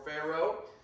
Pharaoh